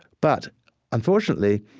but unfortunately,